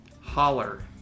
Holler